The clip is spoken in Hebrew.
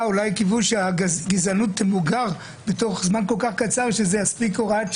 אולי קיוו שהגזענות תמוגר בתוך זמן כל כך קצר שתספיק הוראת שעה.